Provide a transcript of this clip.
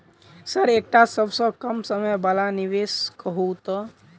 Sir एकटा सबसँ कम समय वला निवेश कहु तऽ?